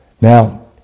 Now